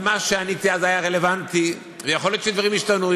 ומה שעניתי אז היה רלוונטי ויכול להיות שדברים השתנו.